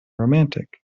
romantic